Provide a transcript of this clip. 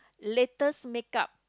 latest make-up